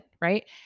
right